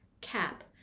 cap